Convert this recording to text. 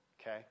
Okay